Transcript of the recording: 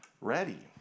ready